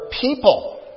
people